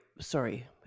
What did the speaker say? Sorry